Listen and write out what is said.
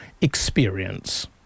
experience